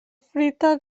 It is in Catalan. fruita